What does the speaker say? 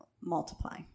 multiply